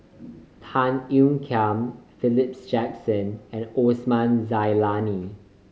Tan Ean Kiam Philip Jackson and Osman Zailani